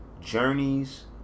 Journeys